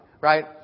right